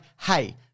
hey